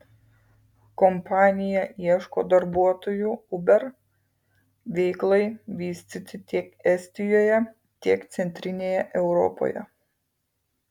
kompanija ieško darbuotojų uber veiklai vystyti tiek estijoje tiek centrinėje europoje